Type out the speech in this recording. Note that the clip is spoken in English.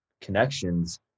connections